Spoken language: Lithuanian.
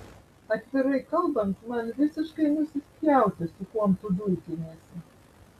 atvirai kalbant man visiškai nusispjauti su kuom tu dulkiniesi